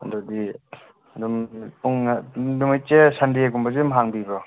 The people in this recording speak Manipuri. ꯑꯗꯨꯗꯤ ꯑꯗꯨꯝ ꯄꯨꯡ ꯅꯨꯃꯤꯠꯁꯦ ꯁꯟꯗꯦꯒꯨꯝꯕꯁꯨ ꯑꯗꯨꯝ ꯍꯥꯡꯕꯤꯕ꯭ꯔꯣ